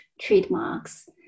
trademarks